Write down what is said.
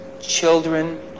children